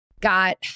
got